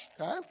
okay